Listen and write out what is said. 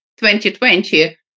2020